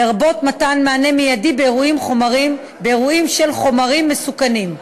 לרבות מתן מענה מיידי באירועים של חומרים מסוכנים.